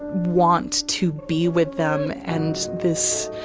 want to be with them and this